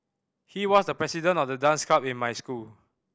he was the president of the dance club in my school